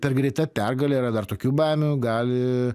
per greita pergalė yra dar tokių baimių gali